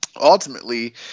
Ultimately